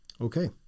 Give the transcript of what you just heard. Okay